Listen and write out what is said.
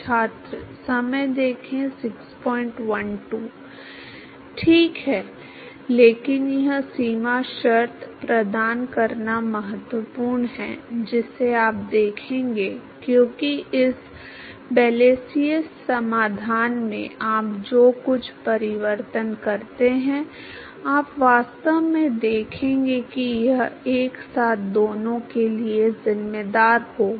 ठीक है लेकिन यह सीमा शर्त प्रदान करना महत्वपूर्ण है जिसे आप देखेंगे क्योंकि इस ब्लैसियस समाधान में आप जो कुछ परिवर्तन करते हैं आप वास्तव में देखेंगे कि यह एक साथ दोनों के लिए जिम्मेदार होगा